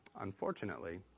unfortunately